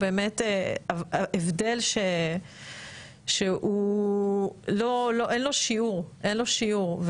זה הבדל באמת שהוא אין לו שיעור, אין לו שיעור.